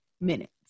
minutes